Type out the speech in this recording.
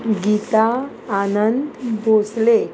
Gita Anand Bhosle